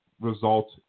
result